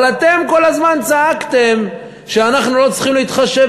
אבל אתם כל הזמן צעקתם שאנחנו לא צריכים להתחשב